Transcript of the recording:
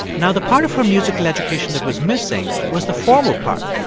now, the part of her musical education that was missing was the formal part.